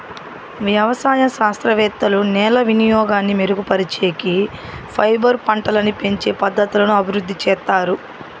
వ్యవసాయ శాస్త్రవేత్తలు నేల వినియోగాన్ని మెరుగుపరిచేకి, ఫైబర్ పంటలని పెంచే పద్ధతులను అభివృద్ధి చేత్తారు